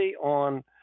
on